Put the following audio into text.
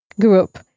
group